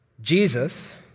Jesus